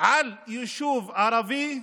על יישוב ערבי,